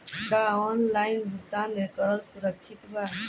का ऑनलाइन भुगतान करल सुरक्षित बा?